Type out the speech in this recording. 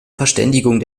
verständigung